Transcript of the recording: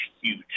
huge